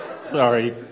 Sorry